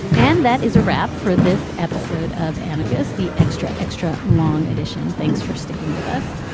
and that is a wrap for this episode of amicus. the extra extra long edition. thanks for sticking with us.